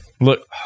Look